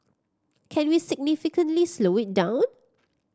can we significantly slow it down